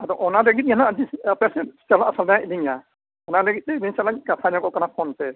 ᱟᱫᱚ ᱚᱱᱟ ᱞᱟᱹᱜᱤᱫ ᱜᱮ ᱱᱟᱦᱟᱜ ᱟᱹᱵᱤᱱ ᱥᱮᱫ ᱟᱯᱮ ᱥᱮᱫ ᱪᱟᱞᱟᱜ ᱥᱟᱱᱟᱭᱮᱫ ᱞᱤᱧᱟ ᱚᱱᱟ ᱞᱟᱹᱜᱤᱫ ᱟᱹᱵᱤᱱ ᱥᱟᱞᱟᱜ ᱠᱟᱛᱷᱟ ᱧᱚᱜᱚ ᱠᱟᱱᱟ ᱯᱷᱳᱱ ᱛᱮ